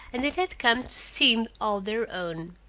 and it had come to seem all their own.